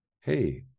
Hey